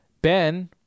Ben